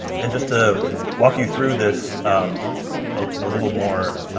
and just to walk you through this a little more,